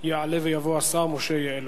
יעלה ויבוא השר משה יעלון.